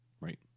Right